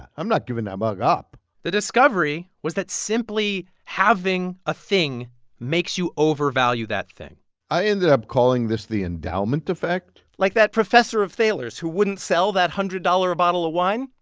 i'm not giving that mug up the discovery was that simply having a thing makes you overvalue that thing i ended up calling this the endowment effect like that professor of thaler's who wouldn't sell that one hundred dollars a bottle of wine?